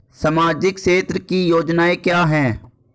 सामाजिक क्षेत्र की योजनाएं क्या हैं?